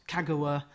Kagawa